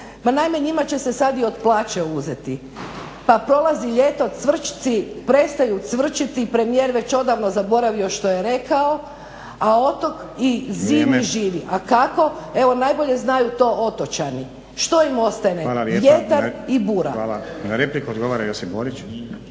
naime, njima će se sad i od plaće uzeti, pa prolazi ljeto, cvrčci prestaju cvrčati, premjer je već odavno zaboravio što je rekao a otok živi i živi, a kako najbolje to znaju otočani, što im ostane vjetar i bura.